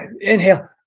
inhale